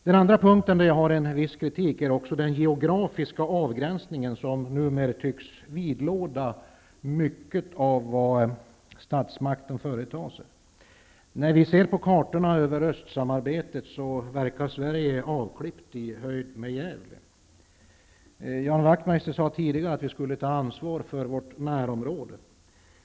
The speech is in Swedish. Den andra punkt där jag vill framföra en viss kritik är den geografiska avgränsning som numera tycks vidlåda mycket av vad statsmakten företar sig. När vi ser på kartorna över östsamarbetet verkar Wachtmeister sade tidigare att vi skulle ta ansvar för vårt närområde.